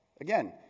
Again